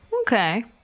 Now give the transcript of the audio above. Okay